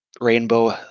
rainbow